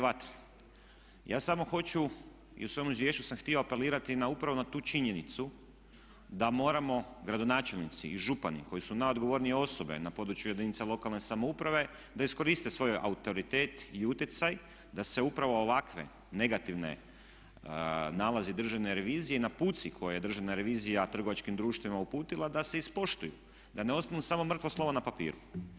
Ja samo hoću, i u svom izvješću sam htio apelirati, upravo na tu činjenicu da moramo gradonačelnici i župani koji su najodgovornije osobe na području jedinica lokalne samouprave da iskoriste svoj autoritet i utjecaj da se upravo ovakvi negativni nalazi Državne revizije i naputci koje je Državna revizija trgovačkim društvima uputila da se ispoštuju, da ne ostanu samo mrtvo slovo na papiru.